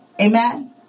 amen